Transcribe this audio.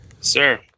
Sir